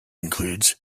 includes